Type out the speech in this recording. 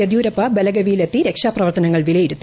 യദ്യൂരപ്പ ബലഗവിയിലെത്തി രക്ഷാപ്രവർത്തനങ്ങൾ വിലയിരുത്തി